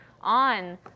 on